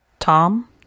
Tom